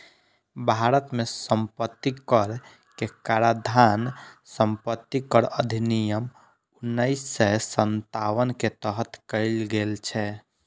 भारत मे संपत्ति कर के काराधान संपत्ति कर अधिनियम उन्नैस सय सत्तावन के तहत कैल गेल छै